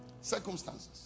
Circumstances